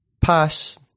pass